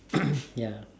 ya